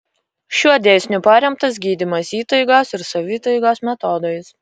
šiuo dėsniu paremtas gydymas įtaigos ir savitaigos metodais